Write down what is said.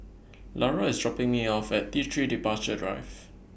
Lara IS dropping Me off At T three Departure Drive